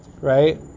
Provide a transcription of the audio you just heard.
Right